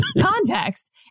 context